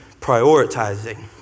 prioritizing